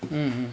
mmhmm